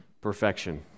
perfection